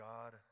God